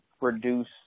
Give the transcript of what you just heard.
reduce